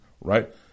right